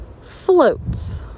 floats